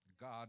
God